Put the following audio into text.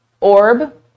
orb